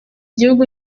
gihugu